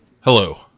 Hello